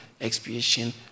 expiation